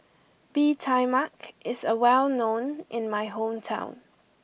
Bee Tai Mak is a well known in my hometown